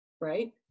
right